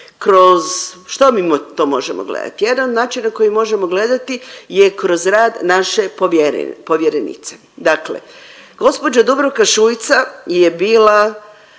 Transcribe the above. Što mi to možemo gledati? Jedan način na koji možemo gledati je kroz rad naše povjernice, dakle gospođa Dubravka Šuica je bila